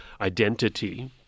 identity